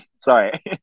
Sorry